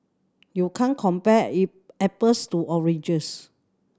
you can't compare apples to oranges